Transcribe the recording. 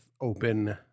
open